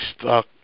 stuck